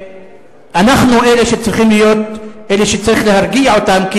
אנחנו אלה שצריך להרגיע אותם,